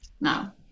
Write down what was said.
now